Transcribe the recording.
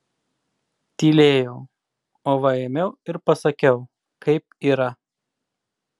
tylėjau o va ėmiau ir pasakiau kaip yra